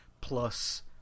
plus